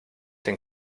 den